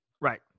right